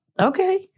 Okay